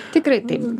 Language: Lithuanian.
tikrai taip